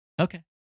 Okay